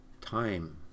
time